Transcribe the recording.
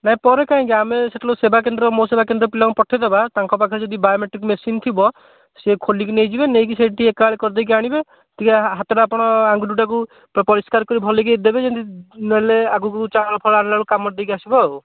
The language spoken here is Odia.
ନାହିଁ ପରେ କାହିଁକି ଆମେ ସେତବେଳକୁ ସେବାକେନ୍ଦ୍ର ମୋ ସେବାକେନ୍ଦ୍ର ପିଲାଙ୍କୁ ପଠାଇଦେବା ତାଙ୍କ ପାଖରେ ଯଦି ବାୟୋମେଟ୍ରିକ୍ ମେସିନ୍ ଥିବ ସିଏ ଖୋଲିକି ନେଇଯିବେ ନେଇକି ସେଇଠି ଟିକିଏ ଏକାବେଳେ କରିଦେଇକି ଆଣିବେ ଟିକିଏ ହାତରେ ଆପଣ ଆଙ୍ଗୁଠିଟାକୁ ପୂରା ପରିଷ୍କାର କରି ଭଲକି ଦେବେ ଯେମିତି ନେଲେ ଆଗକୁ ଚାଉଳ ଫାଉଳ ଆଣିଲା ବେଳକୁ କାମରେ ଦେଇକି ଆସିବ ଆଉ